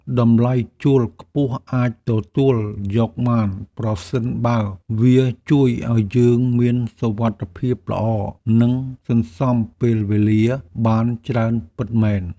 តម្លៃជួលខ្ពស់អាចទទួលយកបាន ប្រសិនបើវាជួយឱ្យយើងមានសុវត្ថិភាពល្អ និងសន្សំពេលវេលាបានច្រើនពិតមែន។